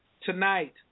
Tonight